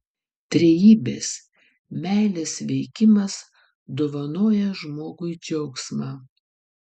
trejybės meilės veikimas dovanoja žmogui džiaugsmą